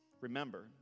Remember